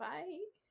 Bye